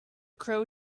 crow